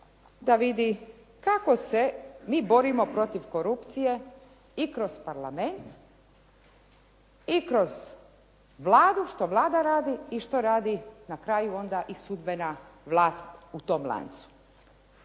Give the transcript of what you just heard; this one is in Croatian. da vidi kako se mi borimo protiv korupcije i kroz parlament i kroz Vladu, što Vlada radi i što radi na kraju onda i sudbena vlast u tom lancu.